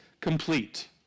complete